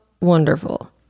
wonderful